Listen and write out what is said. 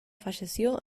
falleció